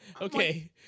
Okay